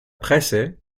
presse